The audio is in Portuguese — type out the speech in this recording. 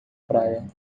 praia